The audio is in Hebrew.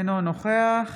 אינו נוכח